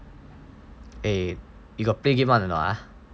eh you got play game [one] or not ah